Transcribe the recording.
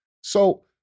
So-